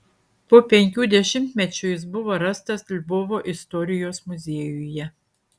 po penkių dešimtmečių jis buvo rastas lvovo istorijos muziejuje